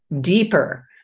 deeper